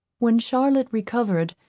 when charlotte recovered,